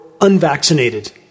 unvaccinated